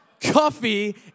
Coffee